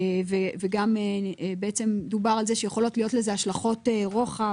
וגם דובר על זה שיכולות להיות לזה השלכות רוחב